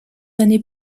années